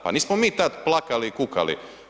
Pa nismo mi tad plakali i kukali.